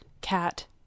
cat